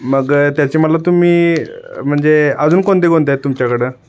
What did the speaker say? मग त्याची मला तुम्ही म्हणजे अजून कोणते कोणते आहेत तुमच्याकडे